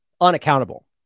unaccountable